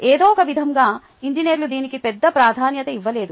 ఏదో ఒకవిధంగా ఇంజనీర్లు దీనికి పెద్ద ప్రాధాన్యత ఇవ్వలేదు